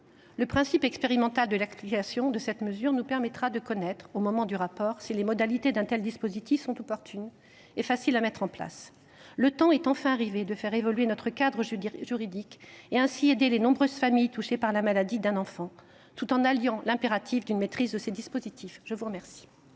Le principe expérimental de l’application de cette mesure nous permettra de connaître, au moment du rapport, si les modalités d’un tel dispositif sont opportunes et faciles à mettre en place. Le temps est enfin arrivé de faire évoluer notre cadre juridique et d’aider ainsi les nombreuses familles touchées par la maladie d’un enfant, tout en y alliant l’impératif d’une maîtrise de ces dispositifs. La discussion